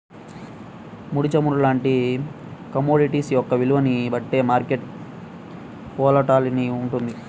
ముడి చమురు లాంటి కమోడిటీస్ యొక్క విలువని బట్టే మార్కెట్ వోలటాలిటీ వుంటది